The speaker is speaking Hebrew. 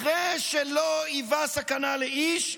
אחרי שלא היווה סכנה לאיש,